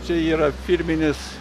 čia yra firminis